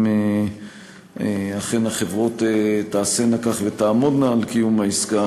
אם אכן החברות תעשינה כך ותעמודנה על קיום העסקה,